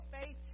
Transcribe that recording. faith